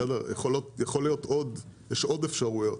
יש עוד אפשרויות